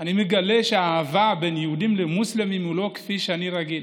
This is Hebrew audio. אני מגלה שהאהבה בין יהודים למוסלמים היא לא כפי שאני רגיל.